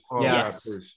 Yes